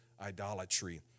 idolatry